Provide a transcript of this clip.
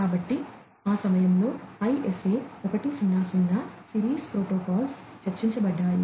కాబట్టి ఆ సమయంలో ISA 100 సిరీస్ ప్రోటోకాల్స్ చర్చించబడ్డాయి